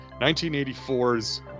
1984's